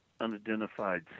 unidentified